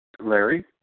Larry